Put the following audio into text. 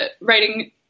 writing